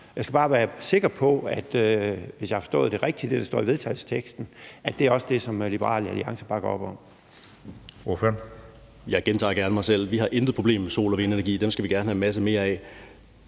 Jeg skal bare være sikker på – hvis jeg har forstået det, der står i vedtagelsesteksten, rigtigt – at det også er det, som Liberal Alliance bakker op om.